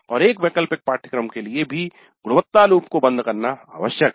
और एक वैकल्पिक पाठ्यक्रम के लिए भी गुणवत्ता लूप को बंद करना आवश्यक है